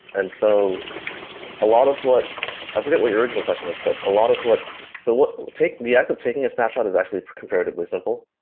and so a lot of what i forgot what your original question is, but a lot of what so what the act of taking a snapshot is actually comparatively simple.